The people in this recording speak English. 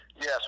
yes